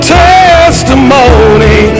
testimony